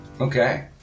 Okay